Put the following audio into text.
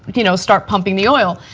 you know, start pumping the oil.